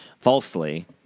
falsely